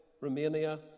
Romania